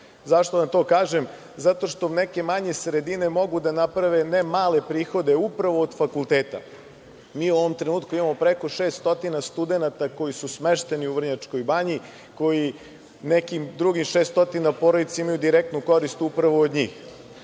vam to kažem? Zato što neke manje sredine mogu da naprave ne male prihode upravo od fakulteta. Mi u ovom trenutku imamo preko 600 studenata koji su smešteni u Vrnjačkoj Banji, koji nekim drugim 600 porodica imaju direktnu korist upravo od njih.